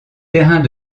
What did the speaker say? terrains